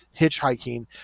hitchhiking